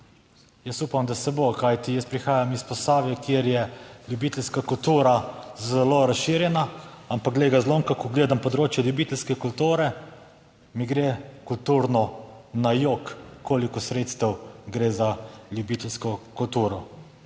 Jaz upam, da se bo, kajti jaz prihajam iz Posavja, kjer je ljubiteljska kultura zelo razširjena, ampak glej ga zlomka, ko gledam področje ljubiteljske kulture, mi gre kulturno na jok, koliko sredstev gre za ljubiteljsko kulturo.